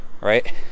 right